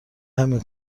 همین